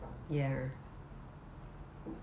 ya